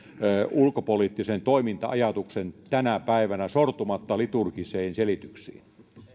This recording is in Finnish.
ulkopoliittisen toiminta ajatuksen tänä päivänä sortumatta liturgisiin selityksiin